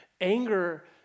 Anger